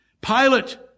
Pilate